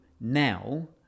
now